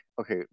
okay